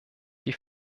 die